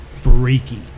freaky